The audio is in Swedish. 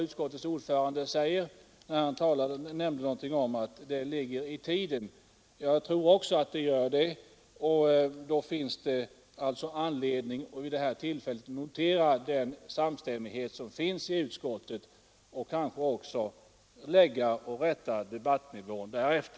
Utskottets ordförande sade något om att denna utveckling ligger i tiden, och det instämmer jag gärna i. Det finns alltså anledning att vid det här tillfället notera den samstämmighet som numera råder i utskottet och kanske också rätta debatten därefter.